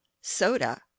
soda